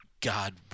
God